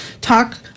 talk